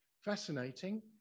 fascinating